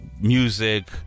music